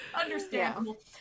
Understandable